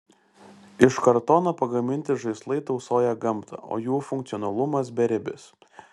iš kartono pagaminti žaislai tausoja gamtą o jų funkcionalumas beribis